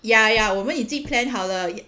ya ya 我们已经 plan 好了